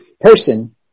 person